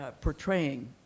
portraying